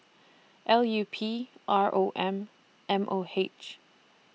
L U P R O M and M O H